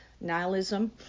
nihilism